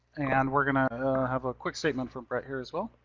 and we're gonna have a quick statement from brett here as well.